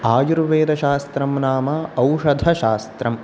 आयुर्वेदशास्त्रं नाम औषधशास्त्रम्